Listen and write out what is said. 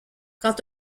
quand